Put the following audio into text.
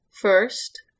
first